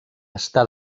està